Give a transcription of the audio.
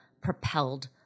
propelled